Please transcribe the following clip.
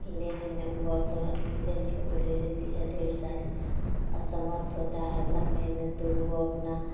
लेने में वह असमर्थ लेने को तो ले लेती है ढेर सारी असमर्थ होता है भरने में तो वो अपना